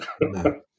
no